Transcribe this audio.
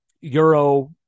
Euro